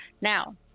Now